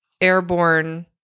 airborne